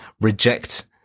reject